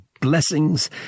Blessings